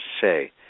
say